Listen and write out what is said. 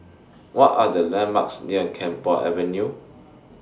What Are The landmarks near Camphor Avenue